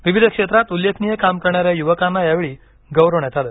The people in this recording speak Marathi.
विविध क्षेत्रात उल्लेखनीय काम करणाऱ्या युवकांना यावेळी गौरवण्यात आलं